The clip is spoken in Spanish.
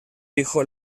hijo